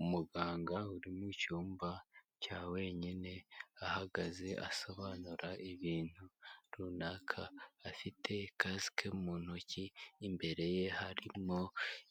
Umuganga uri mu cyumba cya wenyine, ahagaze asobanura ibintu runaka, afite kasike mu ntoki, imbere ye harimo